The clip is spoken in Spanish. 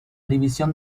división